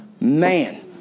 man